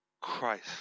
Christ